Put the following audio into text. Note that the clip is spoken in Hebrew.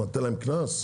תיתן להם קנס?